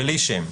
בלי שם.